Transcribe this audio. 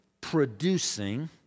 producing